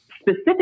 specific